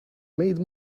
made